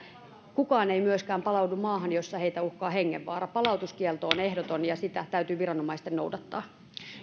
kukaan ei myöskään palaudu maahan jossa heitä uhkaa hengenvaara palautuskielto on ehdoton ja sitä täytyy viranomaisten noudattaa